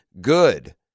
good